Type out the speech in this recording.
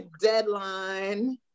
deadline